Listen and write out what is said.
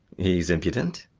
he's impudent?